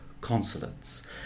consulates